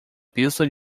pista